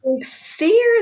fear